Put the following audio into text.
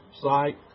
site